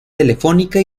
telefónica